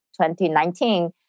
2019